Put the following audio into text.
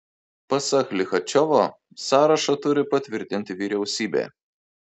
pasak lichačiovo sąrašą turi patvirtinti vyriausybė